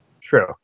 True